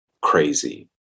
crazy